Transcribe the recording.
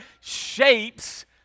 shapes